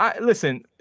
listen